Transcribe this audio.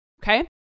Okay